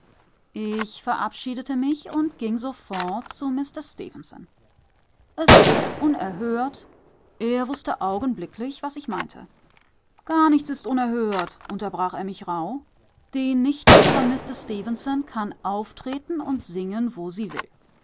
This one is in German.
ich verabschiedete mich und ging sofort zu mister stefenson es ist unerhört er wußte augenblicklich was ich meinte gar nichts ist unerhört unterbrach er mich rauh die nichte von mister stefenson kann auftreten und singen wo sie will